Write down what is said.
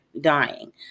dying